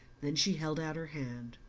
then she held out her hand.